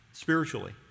Spiritually